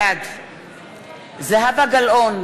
בעד זהבה גלאון,